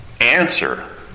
answer